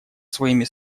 своими